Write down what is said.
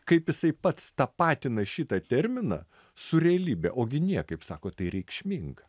kaip jisai pats tapatina šitą terminą su realybe ogi niekaip sako tai reikšminga